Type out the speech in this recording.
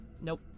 Nope